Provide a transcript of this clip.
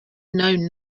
known